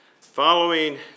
Following